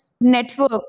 network